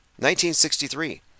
1963